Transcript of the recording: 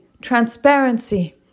transparency